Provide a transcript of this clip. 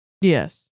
Yes